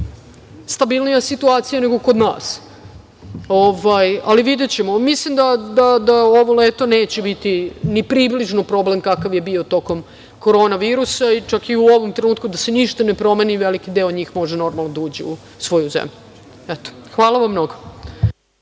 stabilnija situacija nego kod nas, ali videćemo. Mislim da ovo leto neće biti ni približno problem kakav je bio tokom korona virusa i čak i u ovom trenutku da se ništa ne promeni veliki deo njih može normalno da uđe u svoju zemlju. Hvala vam mnogo.